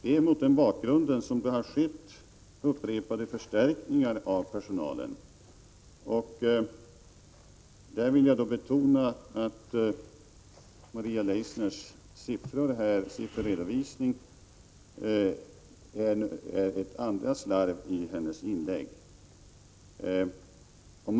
Det är mot den bakgrunden som det har skett upprepade förstärkningar av personalen, och jag vill betona att Maria Leissners sifferredovisning är det andra slarvet i hennes inlägg.